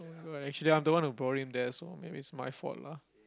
oh-my-god actually I'm the one who brought him there so maybe it's my fault lah